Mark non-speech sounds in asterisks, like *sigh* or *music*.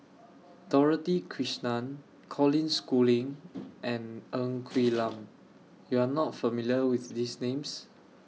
Dorothy Krishnan Colin Schooling and Ng Quee *noise* Lam YOU Are not familiar with These Names